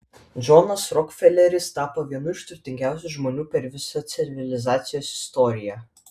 džonas rokfeleris tapo vienu iš turtingiausių žmonių per visą civilizacijos istoriją